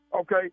Okay